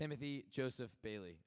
timothy joseph bailey